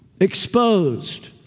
exposed